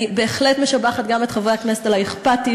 אני בהחלט משבחת גם את חברי הכנסת על האכפתיות,